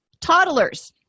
Toddlers